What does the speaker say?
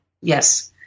Yes